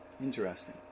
Interesting